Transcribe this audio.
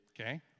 Okay